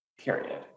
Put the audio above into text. period